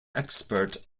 expert